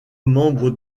membre